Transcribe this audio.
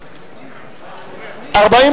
ושל חבר הכנסת גאלב מג'אדלה לשם החוק לא נתקבלה.